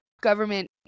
government